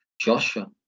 Joshua